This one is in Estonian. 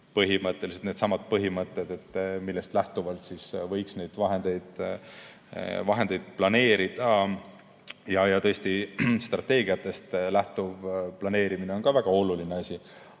põhimõtteliselt needsamad põhimõtted, millest lähtuvalt võiks neid vahendeid planeerida. Ja tõesti, strateegiast lähtuv planeerimine on ka väga oluline asi.